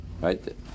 right